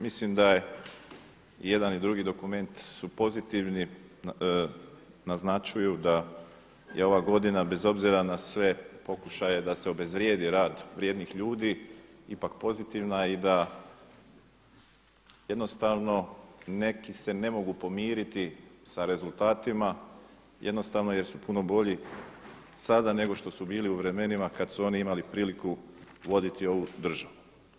Mislim da je i jedan i drugi dokument su pozitivni naznačuju da je ova godina bez obzira na sve pokušaje da se obezvrijedi rad vrijednih ljudi ipak pozitivna i da jednostavno neki se ne mogu pomiriti sa rezultatima jer su puno bolji sada nego što su bili u vremenima kada su oni imali priliku voditi ovu državu.